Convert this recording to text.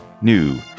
new